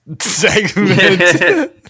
segment